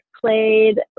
played